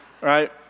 right